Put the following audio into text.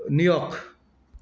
New York